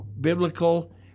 biblical